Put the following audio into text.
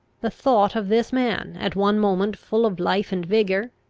the thought of this man, at one moment full of life and vigour,